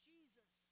Jesus